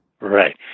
Right